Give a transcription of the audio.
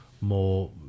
more